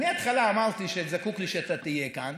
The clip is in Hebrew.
מההתחלה אמרתי שנחו לי שתהיה כאן,